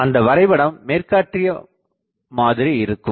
அந்த வரைபடம் மேற்காட்டிய மாதிரி இருக்கும்